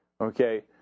Okay